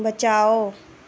बचाओ